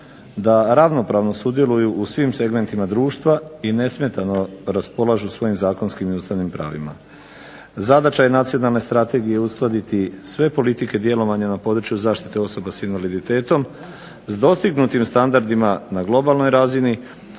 da ravnopravno sudjeluju u svim segmentima društva i nesmetano raspolažu svojim zakonskim i ustavnim pravima. Zadaća je nacionalne strategije uskladiti sve politike djelovanja na području zaštite osobe sa invaliditetom s dostignutim standardima na globalnoj razini